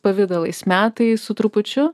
pavidalais metai su trupučiu